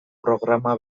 programa